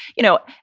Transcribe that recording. you know,